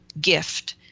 gift